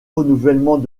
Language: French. renouvellement